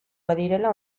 badirela